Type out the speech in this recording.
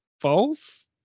false